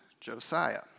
Josiah